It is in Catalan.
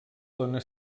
dóna